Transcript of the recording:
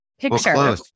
picture